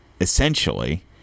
essentially